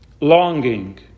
longing